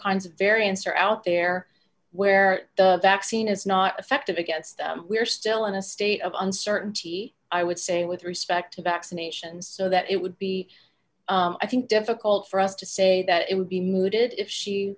kinds of variants are out there where the vaccine is not effective against we are still in a state of uncertainty i would say with respect to vaccinations so that it would be i think difficult for us to say that it would be mooted if she